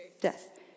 death